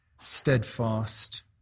steadfast